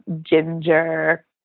ginger